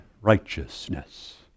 righteousness